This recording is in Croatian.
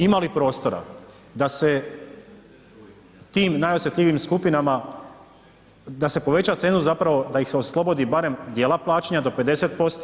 Ima li prostora da se tim najosjetljivijim skupinama da se poveća cenzus da ih se oslobodi barem dijela plaćanja do 50%